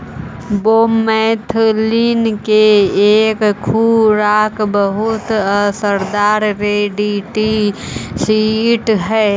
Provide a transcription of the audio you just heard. bromethalin के एके खुराक बहुत असरदार रोडेंटिसाइड हई